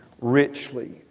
richly